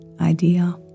idea